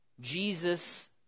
Jesus